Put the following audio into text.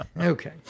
Okay